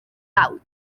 bawb